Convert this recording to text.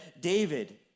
David